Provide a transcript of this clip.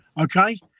Okay